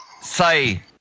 Say